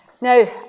Now